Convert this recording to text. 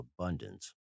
abundance